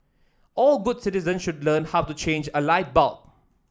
all good citizens should learn how to change a light bulb